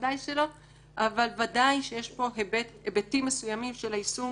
בוודאי שלא אבל בוודאי שיש פה היבטים מסוימים של היישום